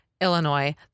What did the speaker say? Illinois